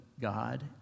God